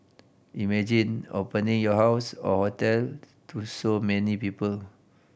imagine opening your house or hotel to so many people